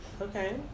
Okay